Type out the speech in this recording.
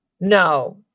no